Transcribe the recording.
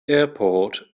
airport